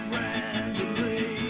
randomly